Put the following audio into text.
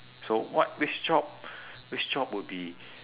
so what which job which job would be